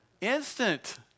Instant